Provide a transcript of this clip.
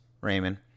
Raymond